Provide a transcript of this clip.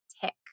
tick